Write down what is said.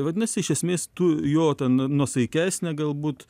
vadinasi iš esmės tu jo ten nuosaikesnę galbūt